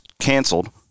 canceled